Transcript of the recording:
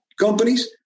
companies